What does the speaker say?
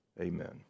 Amen